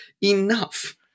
enough